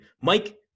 Mike